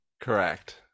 Correct